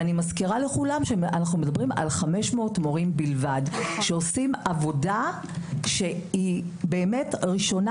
אנו מדברים על 500 מורים בלבד שעושים עבודה שהיא באמת ראשונה